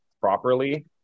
properly